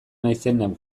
naizen